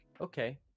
Okay